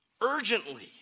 urgently